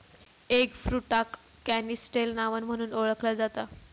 एगफ्रुटाक canistel नावान म्हणुन ओळखला जाता